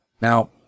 now